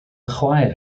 chwaer